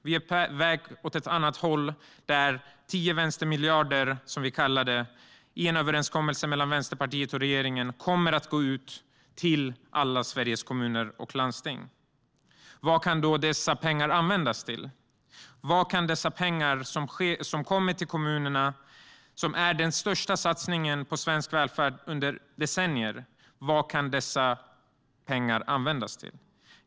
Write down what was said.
Vi är på väg åt ett annat håll där 10 vänstermiljarder, som vi kallar dem, i en överenskommelse mellan Vänsterpartiet och regeringen, kommer att gå ut till alla Sveriges kommuner och landsting. Vad kan då dessa pengar användas till? Vad kan dessa pengar, som kommer till kommunerna och som är den största satsningen på svensk välfärd under decennier, användas till?